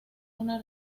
una